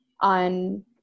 on